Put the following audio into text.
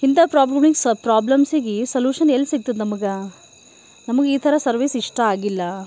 ಇಂಥ ಪ್ರಾಬ್ಲಮಿಗೆ ಸ ಪ್ರಾಬ್ಲಮ್ಸ್ಗೆ ಸಲ್ಯೂಷನ್ ಎಲ್ಲಿ ಸಿಕ್ತದೆ ನಮಗೆ ನಮಗೆ ಈ ಥರ ಸರ್ವಿಸ್ ಇಷ್ಟ ಆಗಿಲ್ಲ